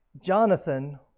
Jonathan